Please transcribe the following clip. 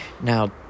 Now